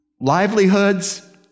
livelihoods